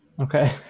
Okay